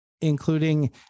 including